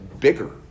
bigger